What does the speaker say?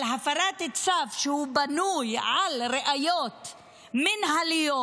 על הפרת צו שבנוי על ראיות מינהליות,